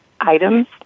items